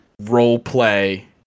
role-play